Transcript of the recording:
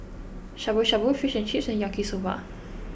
Shabu Shabu Fish and Chips and Yaki Soba